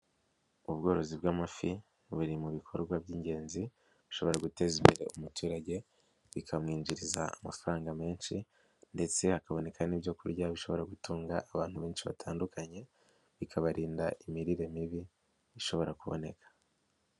Ubworozi bw'amafi buri mu bikorwa by'ingenzi bushobora guteza imbere umuturage bikamwinjiriza amafaranga menshi ndetse hakaboneka n'ibyo kurya bishobora gutunga abantu benshi batandukanye bikabarinda imirire mibi ishobora kuboneka.